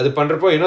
ya